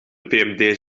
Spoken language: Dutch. pmd